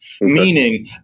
meaning